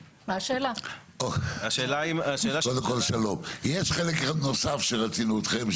יש חלק נוסף שרצינו אתכם,